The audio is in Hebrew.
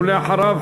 ואחריו,